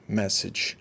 message